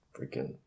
Freaking